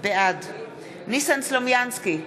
בעד ניסן סלומינסקי,